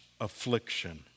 affliction